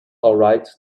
alright